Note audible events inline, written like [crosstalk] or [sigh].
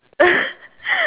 [laughs]